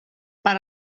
per